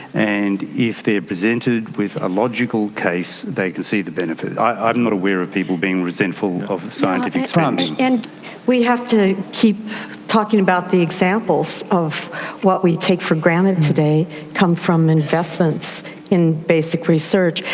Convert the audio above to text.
and if they are presented with a logical case, they can see the benefit. i'm not aware of people being resentful of scientific spending. and we have to keep talking about the examples of what we take for granted today come from investments in basic research.